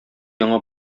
яңа